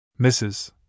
Mrs